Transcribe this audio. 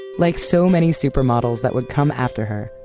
like so many supermodels that would come after her,